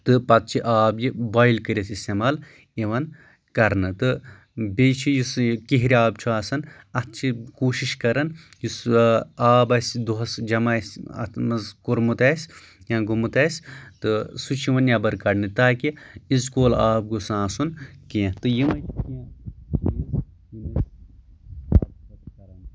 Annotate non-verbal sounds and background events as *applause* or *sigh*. تہٕ پَتہٕ چھِ آب یہِ بایِل کٔرِتھ اِستعمال یِوان کَرنہٕ تہٕ بیٚیہِ چھُ یُس یہِ کِہرِ آب چھُ آسان اَتھ چھِ کوٗشِش کَران کہِ سُہ آب آسہِ دوٚہَس جمع اَسہِ اَتھ منٛز کوٚرمُت آسہِ یا گوٚمُت آسہِ تہٕ سُہ چھُ یِوان نٮ۪بَر کَڑنہٕ تاکہِ اِزکول آب گوٚژھ نہٕ آسُن کیٚنٛہہ تہٕ *unintelligible*